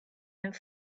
went